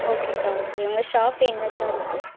okay அக்கா okay உங்கள் shop எங்க அக்கா இருக்கு